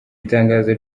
itangazo